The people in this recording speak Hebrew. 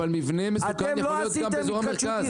אבל מבנה מסוכן יכול להיות גם באיזור המרכז.